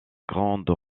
grande